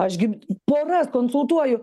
aš gi poras konsultuoju